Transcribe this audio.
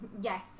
yes